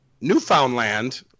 Newfoundland